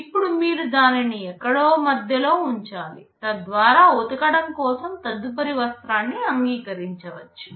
ఇప్పుడు మీరు దానిని ఎక్కడో మధ్యలో ఉంచాలి తద్వారా ఉతకటం కోసం తదుపరి వస్త్రాన్ని అంగీకరించవచ్చు